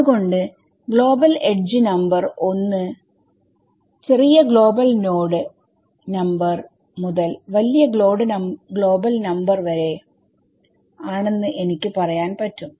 അത് കൊണ്ട് global edge number ഒന്ന് ചെറിയ ഗ്ലോബൽ നോഡ് നമ്പർമുതൽ വലിയ ഗ്ലോബൽ നോഡ് നമ്പർ വരെ ആണെന്ന് എനിക്ക് പറയാൻ പറ്റും